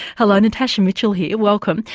hello, natasha mitchell here welcome.